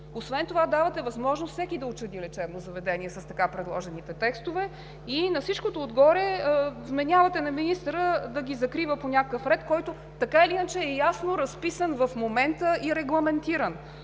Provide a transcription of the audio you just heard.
нищо. Давате възможност всеки да учреди лечебно заведение с така предложените текстове и на всичко отгоре вменявате на министъра да ги закрива по някакъв ред, който така или иначе е ясно разписан и регламентиран